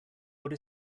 what